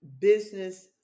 business